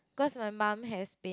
cause my mom has been